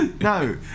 no